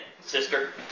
sister